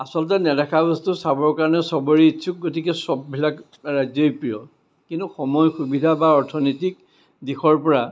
আচলতে নেদেখা বস্তু চাবৰ কাৰণেও চবৰে ইচ্ছুক গতিকে চববিলাক ৰাজ্য়য়ে প্ৰিয় কিন্তু সময় সুবিধা বা অৰ্থনিতিক দিশৰপৰা